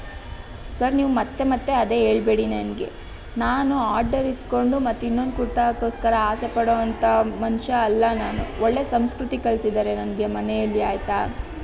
sir ನೀವು ಮತ್ತೆ ಮತ್ತೆ ಅದೇ ಹೇಳಬೇಡಿ ನನಗೆ ನಾನು ಆಡರ್ ಇಸ್ಕೊಂಡು ಮತ್ತೆ ಇನ್ನೊಂದು ಕುರ್ತಾಕ್ಕೋಸ್ಕರ ಆಸೆ ಪಡುವಂಥ ಮನುಷ್ಯ ಅಲ್ಲ ನಾನು ಒಳ್ಳೆಯ ಸಂಸ್ಕೃತಿ ಕಲಿಸಿದ್ದಾರೆ ನನಗೆ ಮನೆಯಲ್ಲಿ ಆಯಿತಾ